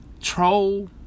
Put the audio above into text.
troll